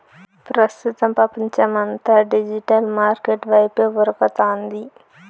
ప్రస్తుతం పపంచమంతా digital market వైపే ఉరకతాంది